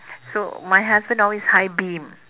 so my husband always high beam